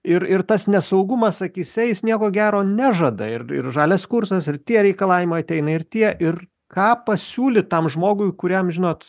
ir ir tas nesaugumas akyse jis nieko gero nežada ir ir žalias kursas ir tie reikalavimai ateina ir tie ir ką pasiūlyt tam žmogui kuriam žinot